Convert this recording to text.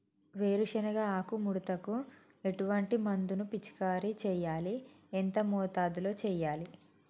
వేరుశెనగ ఆకు ముడతకు ఎటువంటి మందును పిచికారీ చెయ్యాలి? ఎంత మోతాదులో చెయ్యాలి?